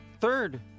third